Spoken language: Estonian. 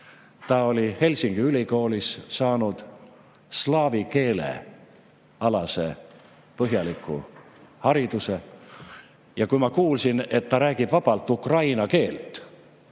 saanud Helsingi Ülikoolis slaavi keelte alase põhjaliku hariduse. Ja kui ma kuulsin, et ta räägib vabalt ukraina keelt,